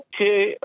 Okay